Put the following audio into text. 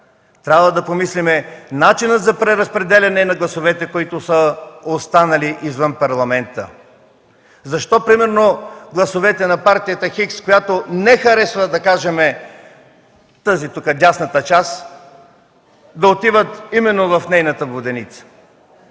Трябва да помислим начинът за преразпределяне на гласовете, които са останали извън Парламента – защо, примерно гласовете на партията Х, която не харесва, да кажем, тук тази, дясната част, да отиват именно в нейната воденица?